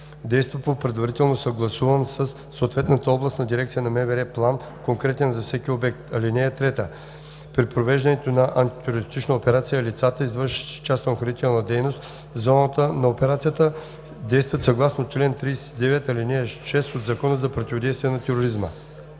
действат по предварително съгласуван със съответната областна дирекция на МВР план, конкретен за всеки обект. (3) При провеждане на антитерористична операция лицата, извършващи частна охранителна дейност в зоната на операцията, действат съгласно чл. 39, ал. 6 от Закона за противодействие на тероризма.“